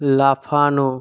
লাফানো